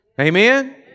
Amen